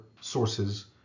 sources